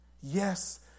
yes